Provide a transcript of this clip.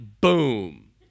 boom